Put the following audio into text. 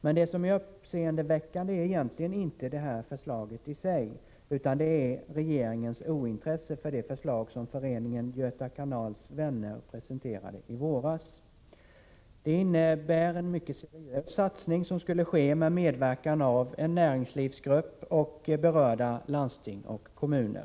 Men det som är uppseendeväckande är egentligen inte det här förslaget i sig, utan det är regeringens ointresse för det förslag som föreningen Göta Kanals Vänner presenterade i våras. Det innebär en mycket seriös satsning, som skulle ske med medverkan av Nr 52 en näringslivsgrupp och berörda landsting och kommuner.